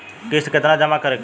किस्त केतना जमा करे के होई?